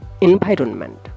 environment